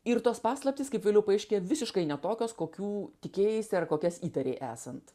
ir tos paslaptys kaip vėliau paaiškėja visiškai ne tokios kokių tikėjaisi ar kokias įtarei esant